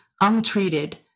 untreated